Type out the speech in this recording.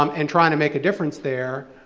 um and trying to make a difference there,